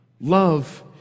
Love